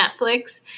Netflix